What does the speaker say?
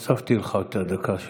הוספתי לך את הדקה שלקחתי.